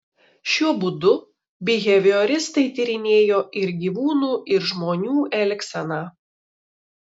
šiuo būdu bihevioristai tyrinėjo ir gyvūnų ir žmonių elgseną